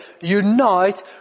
unite